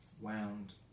wound